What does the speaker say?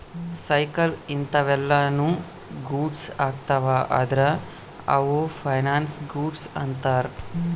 cycle ಇಂತವೆಲ್ಲ ನು goods ಅಗ್ತವ ಅದ್ರ ಅವು ಫೈನಲ್ ಗೂಡ್ಸ್ ಅಂತರ್